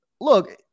look